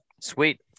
Sweet